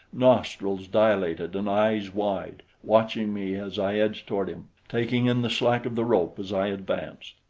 nostrils dilated and eyes wide, watching me as i edged toward him, taking in the slack of the rope as i advanced.